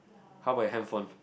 how about your handphone